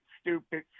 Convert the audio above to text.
stupid